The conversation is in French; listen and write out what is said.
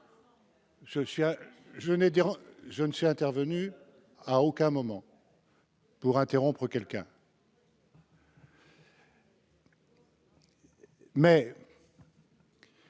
Je ne suis intervenu à aucun moment pour interrompre quelqu'un